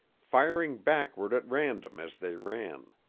firing backward at random as they ran.